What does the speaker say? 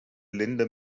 länder